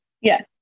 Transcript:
Yes